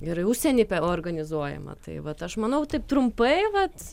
ir į užsienį organizuojama tai vat aš manau taip trumpai vat